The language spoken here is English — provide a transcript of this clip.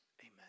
Amen